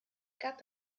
gab